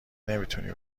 نمیتونی